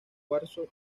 cuarzo